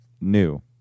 new